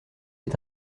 est